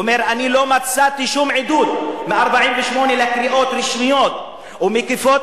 הוא אומר: לא מצאתי שום עדות מ-1948 לקריאות רשמיות ומקיפות